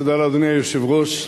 תודה לאדוני היושב-ראש.